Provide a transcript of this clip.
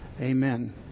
Amen